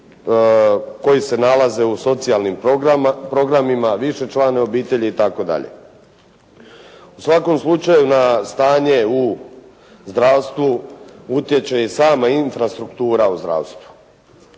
koje se nalaze u socijalnim programima, višečlane obitelji i tako dalje. U svakom slučaju na stanje u zdravstvu utječe i sama infrastruktura u zdravstvu.